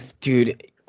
Dude